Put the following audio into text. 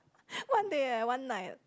one day eh one night